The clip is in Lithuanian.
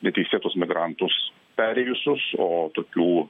neteisėtus migrantus perėjusius o tokių